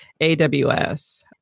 AWS